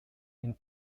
and